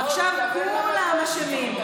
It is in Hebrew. עכשיו כולם אשמים.